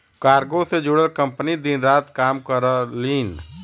cargo से जुड़ल company दिन रात काम करलीन